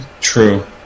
True